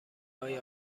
های